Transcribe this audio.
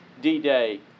D-Day